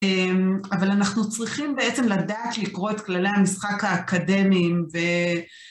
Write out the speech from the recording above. אבל אנחנו צריכים בעצם לדעת לקרוא את כללי המשחק האקדמיים ו...